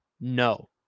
no